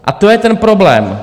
A to je ten problém.